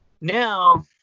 Now